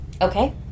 Okay